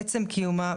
עצם קיומה,